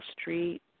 street